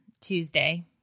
Tuesday